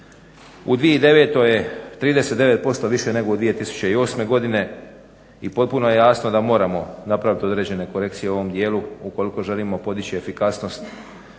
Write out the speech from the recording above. u 2009.je 39% više nego u 2008.godini i potpuno je jasno da moramo napravit određene korekcije u ovom dijelu ukoliko želimo podići efikasnost